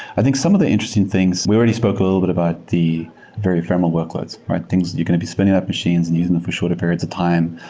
i think some of the interesting things, we already spoke a little bit about the very ephemeral workloads, right? things, you're going to be spinning up machines and using them for shorter periods of time.